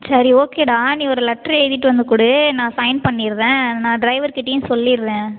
சரி ஓகேடா நீ ஒரு லெட்ரு எழுதிகிட்டு வந்து கொடு நான் சைன் பண்ணிடுறேன் நான் ட்ரைவர்கிட்டையும் சொல்லிடுறேன்